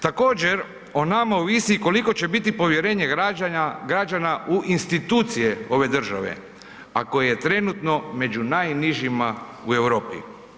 Također, o nama ovisi koliko će biti povjerenje građana u institucije ove države a koje je trenutno među najnižima u Europi.